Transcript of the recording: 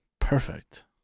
Perfect